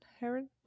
Heron